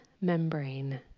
membrane